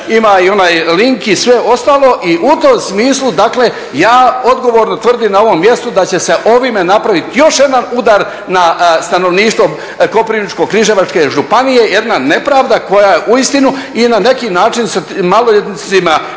ima i onaj link i sve ostalo. I u tom smislu, dakle ja odgovorno tvrdim na ovom mjestu da će se ovime napraviti još jedan udar na stanovništvo Koprivničko-križevačke županije, jedna nepravda koja je uistinu i na neki način sa maloljetnicima